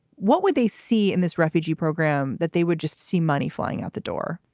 what would they see in this refugee program that they would just see money flying out the door?